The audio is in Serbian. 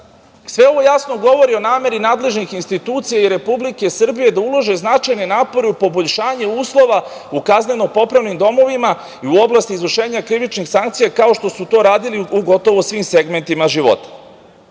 itd. Sve ovo jasno govori o nameri nadležnih institucija i Republike Srbije da ulože značajne napore u poboljšanje uslova u kazneno-popravnim domovima i u oblasti izvršenja krivičnih sankcija, kao što su to radili u gotovo svim segmentima života. Kako